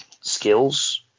skills